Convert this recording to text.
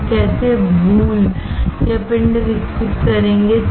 हम कैसे Boule या पिंड विकसित करेंगे